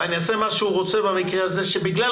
ואני אעשה מה שהוא רוצה במקרה הזה שבגלל